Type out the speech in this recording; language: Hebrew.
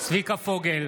צביקה פוגל,